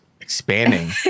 expanding